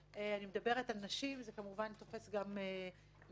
מדברת על גברים, אבל זה כמובן תופס גם בנשים.